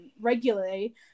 regularly